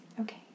Okay